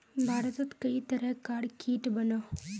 भारतोत कई तरह कार कीट बनोह